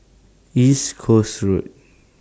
East Coast Road